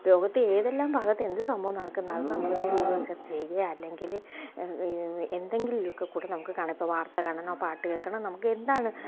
ലോകത്തെ ഏതെല്ലാം ഭാഗത്ത് എന്ത് സംഭവം നടക്കുന്നോ നമ്മളിന്ന് ഗൂഗിൾ സെർച്ച് ചെയ്യുക അല്ലെങ്കിൽ എന്തെങ്കിലും ലുക്ക് നമുക്ക് കാണാം ഇപ്പോൾ വാർത്ത കാണാനോ പാട്ട് കേൾക്കാനോ നമുക്ക് എന്താണ്